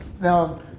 Now